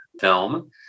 film